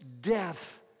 death